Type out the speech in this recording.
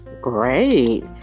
great